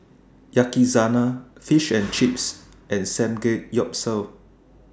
Yakizakana Fish and Chips and Samgeyopsal